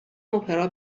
اپرا